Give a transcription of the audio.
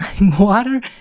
Water